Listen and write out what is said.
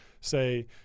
say